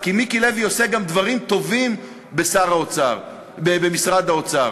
כי מיקי לוי עושה גם דברים טובים במשרד האוצר,